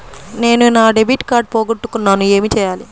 నేను నా debit card పోగొట్టుకున్నాను ఏమి చేయాలి?